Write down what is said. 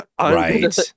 Right